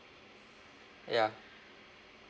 ya